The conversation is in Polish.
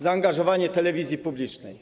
Zaangażowanie telewizji publicznej.